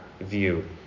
view